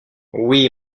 oui